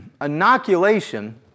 inoculation